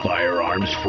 Firearms